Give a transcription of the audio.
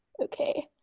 okay.